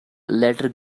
later